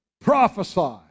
Prophesy